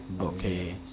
okay